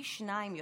פי שניים יותר,